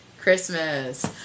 Christmas